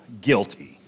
guilty